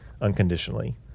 unconditionally